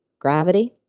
gravity.